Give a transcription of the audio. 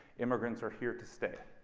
immigrants are here to stay.